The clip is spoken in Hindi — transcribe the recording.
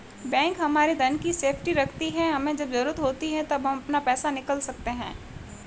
बैंक हमारे धन की सेफ्टी रखती है हमे जब जरूरत होती है तब हम अपना पैसे निकल सकते है